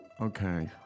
Okay